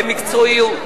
במקצועיות,